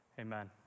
amen